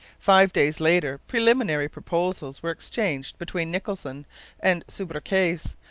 five days later preliminary proposals were exchanged between nicholson and subercase.